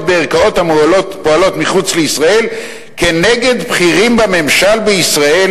בערכאות הפועלות מחוץ לישראל כנגד בכירים בממשל בישראל,